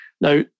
Now